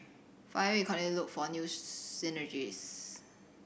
finally we continue to look for new synergies